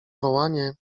wołanie